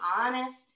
honest